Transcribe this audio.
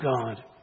God